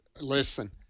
listen